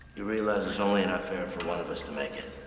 you realize there's only enough air for one of us to make it.